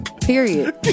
Period